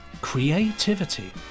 creativity